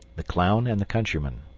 the clown and the countryman